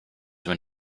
when